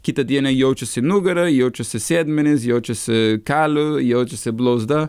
kitą dieną jaučiasi nugarą jaučiasi sėdmenis jaučiasi kelu jaučiasi blauzdą